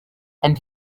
and